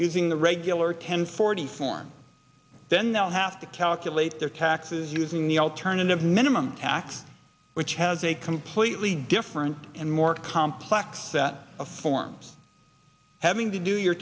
using the regular ten forty form then they'll have to calculate their taxes using the alternative minimum tax which has a completely different and more complex set of forms having to do your